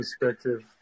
perspective